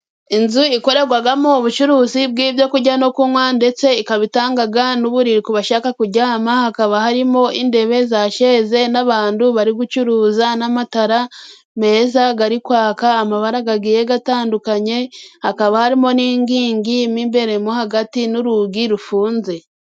Inzu ikorerwamo ubucuruzi bw'ibyo kurya no kunywa ndetse ikaba itanga n'uburiri ku bashaka kuryama hakaba harimo intebe za sheze n'abantu bari gucuruza n'amatara meza ari kwaka amabara agiye atandukanye hakaba harimo n'inkingi mo imbere mo hagati n'urugi rufunze.